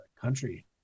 country